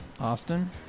Austin